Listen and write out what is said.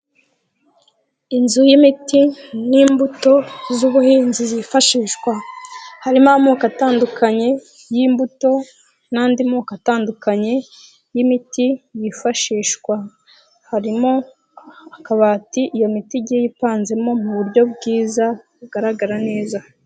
Inzu y'imiti n'imbuto z'ubuhinzi zifashishwa harimo amoko atandukanye y'imbuto n'andi moko atandukanye y'imiti yifashishwa, harimo akabati iyo miti igiye ipanzemo mu buryo bwiza bugaragara neza.